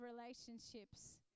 relationships